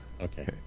Okay